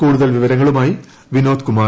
കൂടുതൽ വിവരങ്ങളുമായി വിനോദ് കുമാർ